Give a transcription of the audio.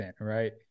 right